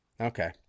Okay